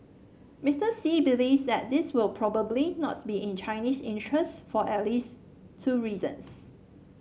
Mister Xi believes that this will probably not be in Chinese interest for at least two reasons